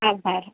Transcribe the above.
આભાર